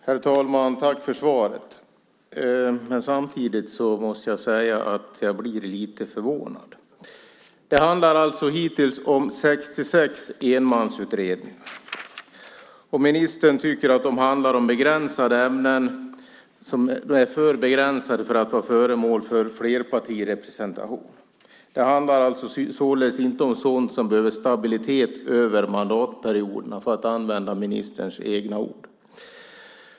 Herr talman! Tack för svaret. Samtidigt måste jag säga att jag blir lite förvånad. Det handlar alltså hittills om 66 enmansutredningar. Ministern tycker att de handlar om begränsade ämnen som är för begränsade för att bli föremål för flerpartirepresentation. Det handlar således inte som sådant där det behövs stabilitet över mandatperioderna, för att använda ministerns egna ord.